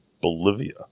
Bolivia